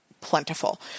plentiful